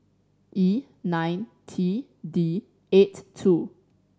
E nine T D eight two